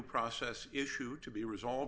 process issue to be resolved